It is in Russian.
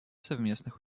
совместных